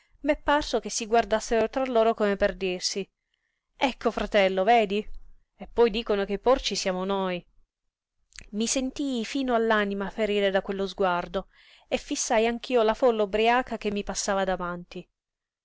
m'è parso si guardassero tra loro come per dirsi ecco fratello vedi e poi dicono che i porci siamo noi mi sentii fino all'anima ferire da quello sguardo e fissai anch'io la folla ubriaca che mi passava davanti